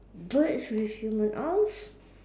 birds with human arms